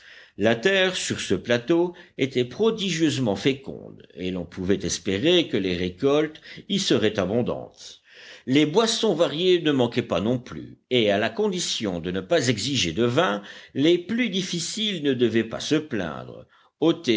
la terre sur ce plateau était prodigieusement féconde et l'on pouvait espérer que les récoltes y seraient abondantes les boissons variées ne manquaient pas non plus et à la condition de ne pas exiger de vin les plus difficiles ne devaient pas se plaindre